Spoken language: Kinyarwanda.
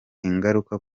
ingaruka